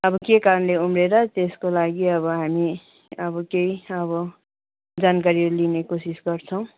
अब के कारणले उम्रिएन त्यसको लागि अब हामी अब केही अब जानकारी लिने कोसिस गर्छौँ